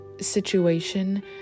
situation